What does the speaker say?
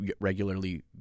regularly